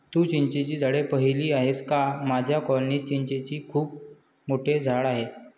तू चिंचेची झाडे पाहिली आहेस का माझ्या कॉलनीत चिंचेचे खूप मोठे झाड आहे